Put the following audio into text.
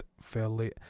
fairly